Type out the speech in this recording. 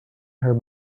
her